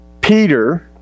Peter